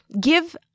give